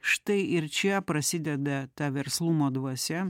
štai ir čia prasideda ta verslumo dvasia